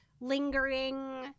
lingering